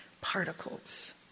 particles